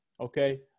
okay